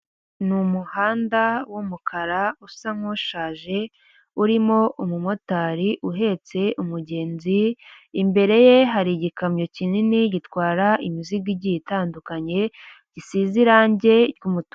Ni umuhanda w'umukara usa nk'ushaje, urimo umumotari uhetse umugenzi, imbere ye hari igikamyo kinini gitwara imizigo igiye itandukanye, gisize irangi ry'umutuku.